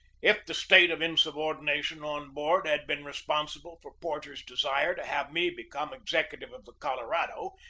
if the state of insubordina tion on board had been responsible for porter's desire to have me become executive of the colorado,